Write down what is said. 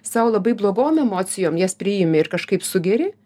sau labai blogom emocijom jas priimi ir kažkaip sugeri